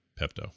Pepto